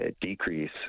decrease